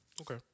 Okay